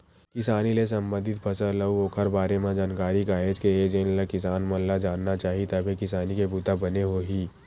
किसानी ले संबंधित फसल अउ ओखर बारे म जानकारी काहेच के हे जेनला किसान मन ल जानना चाही तभे किसानी के बूता बने होही